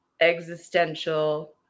existential